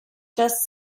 just